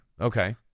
Okay